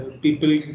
people